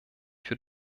für